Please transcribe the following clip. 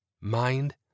mind